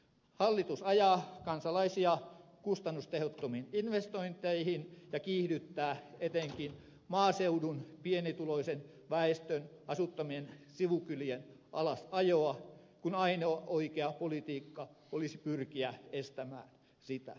hallitus ajaa kansalaisia kustannustehottomiin investointeihin ja kiihdyttää etenkin maaseudun pienituloisen väestön asuttamien sivukylien alasajoa kun ainoa oikea politiikka olisi pyrkiä estämään sitä